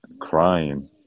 crying